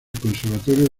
conservatorio